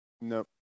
Nope